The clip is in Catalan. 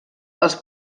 els